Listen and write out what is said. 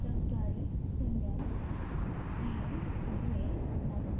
चत्वारि शून्यं त्रीणि द्वे नव